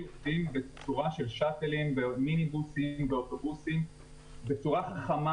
בצורה של שאטלים ומיניבוסים ואוטובוסים בצורה חכמה.